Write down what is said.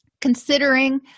considering